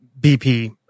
BP